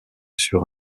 sur